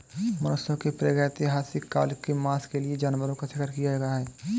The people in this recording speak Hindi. मनुष्यों ने प्रागैतिहासिक काल से मांस के लिए जानवरों का शिकार किया है